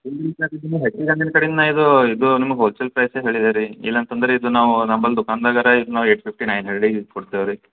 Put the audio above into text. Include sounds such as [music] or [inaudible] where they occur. ಇಲ್ಲಿಂದ [unintelligible] ನಿಮ್ಮ ಕಡೆಗೆ ನಾ ಇದು ಇದು ನಿಮಗೆ ಹೋಲ್ಸೇಲ್ ಪ್ರೈಸೆ ಹೇಳಿದೆ ರೀ ಇಲ್ಲಂತಂದರೆ ಇದು ನಾವು ನಂಬಲ್ಲಿ ದುಕಾನ್ದಾಗಾರೆ ಇದು ನಾವು ಏಟ್ ಫಿಫ್ಟಿ ನೈನ್ ಹಂಡ್ರೆಡಿಗೆ ಇದು ಕೊಡ್ತೇವೆ ರೀ